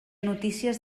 notícies